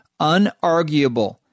unarguable